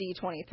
D23